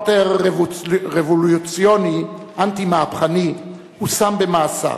כ"קונטר-רבולוציוני", אנטי-מהפכני, הושם במאסר.